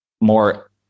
more